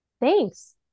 Thanks